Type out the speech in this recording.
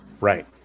Right